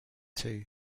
too